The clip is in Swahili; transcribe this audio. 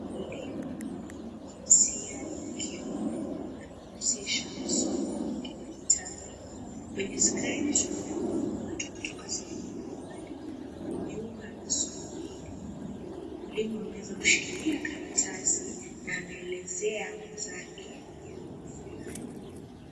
Mwalimu mwenye jinsia ya kiume amejihusisha na somo la kidijitali, kwenye skrini tunaona ya kwamba watu kutoka sehemu mbalimbali wamejiunga na somo hili. Mwalimu ameweza kushikilia karatasi na anaelezea wenzake jambo fulani.